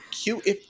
cute